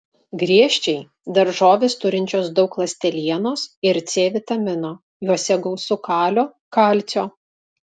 griežčiai daržovės turinčios daug ląstelienos ir c vitamino juose gausu kalio kalcio